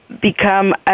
become